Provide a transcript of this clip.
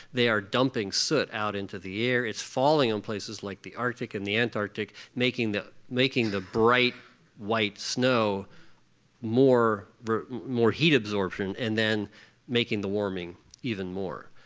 they are dumping soot out into the air. it's falling on places like the arctic and the antarctic, making the making the bright white snow more more heat absorption and then making the warming even more.